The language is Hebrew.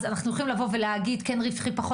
אז אנחנו יכולים לבוא ולדבר על רווחיות,